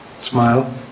Smile